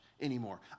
anymore